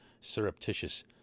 surreptitious